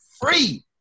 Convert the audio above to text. free